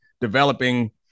developing